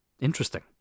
Interesting